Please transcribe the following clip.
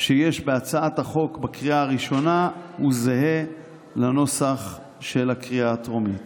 שיש בהצעת החוק בקריאה הראשונה הוא זהה לנוסח של הקריאה הטרומית.